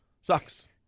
Sucks